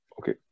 Okay